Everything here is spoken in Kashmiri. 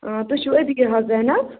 تُہۍ چھُو عتیٖق رِیاض رینہ